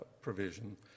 provision